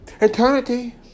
Eternity